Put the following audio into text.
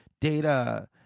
data